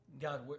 God